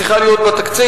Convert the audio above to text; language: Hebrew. צריכה להיות בתקציב,